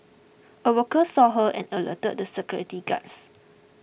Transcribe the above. a worker saw her and alerted the security guards